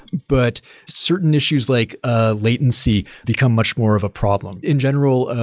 but certain issues, like ah latency become much more of a problem in general,